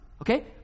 okay